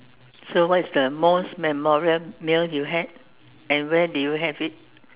so what is most memorable meal you had and where did you have it